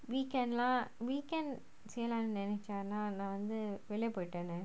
weekend lah weekend செய்யலாம்னுநெனச்சேன்ஆனாநான்வந்துவெளியபோயிட்டேனே:seiyalamnu nenachen aana naan vandhu veliya poitene